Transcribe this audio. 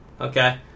okay